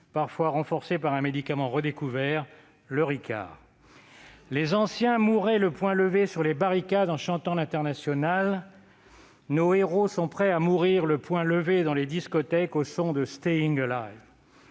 parfois renforcée par un médicament redécouvert, le Ricard ! Les anciens mouraient le poing levé sur les barricades en chantant ; nos héros sont prêts à mourir le poing levé dans les discothèques au son de ... Comment